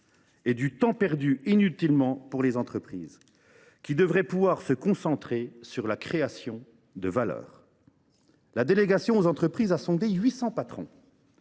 et du temps perdu inutilement pour les entreprises, qui devraient pouvoir se concentrer sur la création de valeur. La délégation sénatoriale aux entreprises a sondé 800 patrons